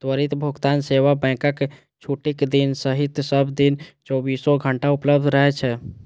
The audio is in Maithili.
त्वरित भुगतान सेवा बैंकक छुट्टीक दिन सहित सब दिन चौबीसो घंटा उपलब्ध रहै छै